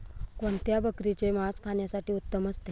कोणत्या बकरीचे मास खाण्यासाठी उत्तम असते?